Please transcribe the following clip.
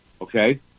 Okay